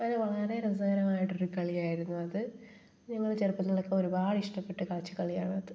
അത് വളരെ രസക്കാരമായിട്ട് ഒരു കളിയായിരുന്നു അത് ഞങ്ങൾ ചെറുപ്പത്തിലൊക്കെ ഒരുപാട് ഇഷ്ടപ്പെട്ട് കളിച്ച കളിയാണ് അത്